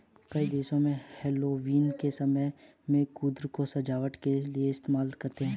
कई देशों में हैलोवीन के समय में कद्दू को सजावट के लिए इस्तेमाल करते हैं